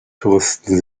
touristen